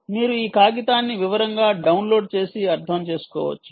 మీరు ఈ కాగితాన్ని వివరంగా డౌన్లోడ్ చేసి అర్థం చేసుకోవచ్చు